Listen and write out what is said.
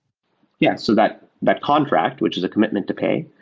yeah. so that that contract, which is a commitment to pay,